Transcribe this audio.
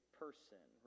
person